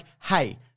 hey